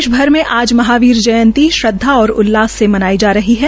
देशभर में आज महावीर जयंती श्रद्वा और उल्लास से मनाई जा रही है